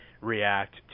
react